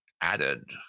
added